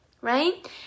right